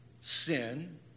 Sin